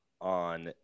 on